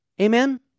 Amen